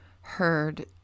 heard